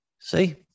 see